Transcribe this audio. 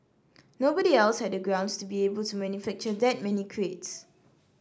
nobody else had the grounds to be able to manufacture that many crates